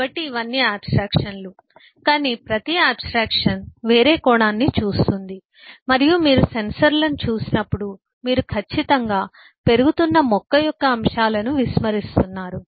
కాబట్టి ఇవన్నీ ఆబ్స్ట్రాక్షన్లు కానీ ప్రతి ఆబ్స్ట్రాక్షన్ వేరే కోణాన్ని చూస్తుంది మరియు మీరు సెన్సర్లను చూసినప్పుడు మీరు ఖచ్చితంగా పెరుగుతున్న మొక్క యొక్క అంశాలను విస్మరిస్తున్నారు